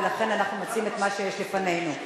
ולכן אנחנו מציעים את מה שיש לפנינו.